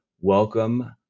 Welcome